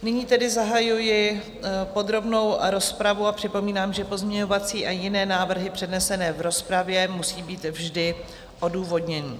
Nyní tedy zahajuji podrobnou rozpravu a připomínám, že pozměňovací a jiné návrhy přednesené v rozpravě musí být vždy odůvodněny.